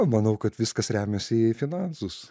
manau kad viskas remiasi į finansus